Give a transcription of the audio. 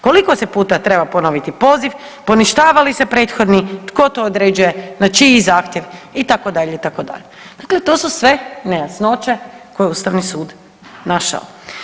Koliko se puta treba ponoviti poziv, poništava li se prethodni, tko to određuje, na čiji zahtjev itd., itd., dakle to su sve nejasnoće koje je Ustavni sud našao.